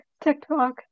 TikTok